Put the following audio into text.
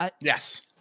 Yes